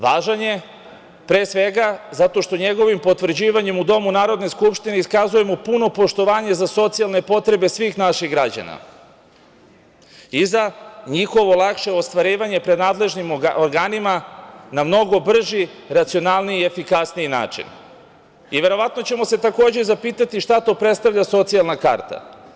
Važan je pre svega zato što njegovim potvrđivanjem u Domu Narodne skupštine iskazujemo puno poštovanje za socijalne potrebe svih naših građana i za njihovo lakše ostvarivanje pred nadležnim organima na mnogo brži, racionalniji i efikasniji način i verovatno ćemo se takođe zapitati šta to predstavlja socijalna karta?